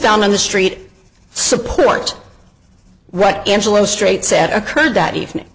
down on the street supports what angela straight said occurred that evening